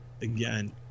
again